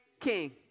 king